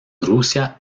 rusia